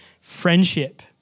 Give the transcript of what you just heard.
friendship